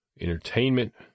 entertainment